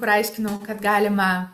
kur aiškinau kad galima